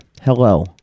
Hello